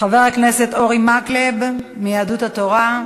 חבר הכנסת אורי מקלב מיהדות התורה.